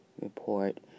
report